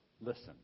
listen